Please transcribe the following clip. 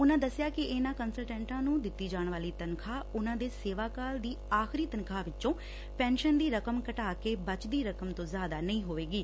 ਉਨੂਂ ਦਸਿਆ ਕਿ ਇਨੂਂ ਕੰਸਲਟੈਂਟਾਂ ਨੂੰ ਦਿੱਤੀ ਜਾਣ ਵਾਲੀ ਤਨਖਾਹ ਉਨੂਂ ਦੇ ਸੇਵਾਕਾਲ ਦੀ ਆਖਰੀ ਤਨਖਾਹ ਵਿਚੋਂ ਪੈਨਸ਼ਨ ਦੀ ਰਕਮ ਘਟਾ ਕੇ ਬਚਦੀ ਰਕਮ ਤੋਂ ਜ਼ਿਆਦਾ ਨਹੀ ਹੋਵੇਗੀ